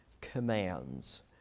Commands